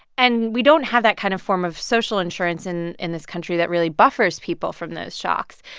and we don't have that kind of form of social insurance in in this country that really buffers people from those shocks.